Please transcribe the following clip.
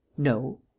no.